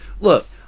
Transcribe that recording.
Look